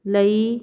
ਲਈ